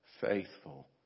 faithful